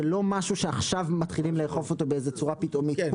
זה לא משהו שעכשיו מתחילים לאכוף בצורה פתאומית,